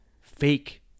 fake